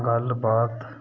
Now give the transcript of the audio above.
गल्लबात